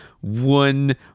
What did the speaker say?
one